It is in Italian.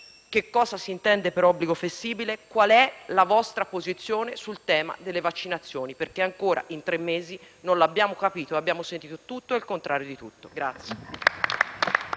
che cosa si intende per obbligo flessibile, qual è la vostra posizione sul tema delle vaccinazioni, perché ancora, in tre mesi, non l'abbiamo capito e abbiamo sentito tutto e il contrario di tutto.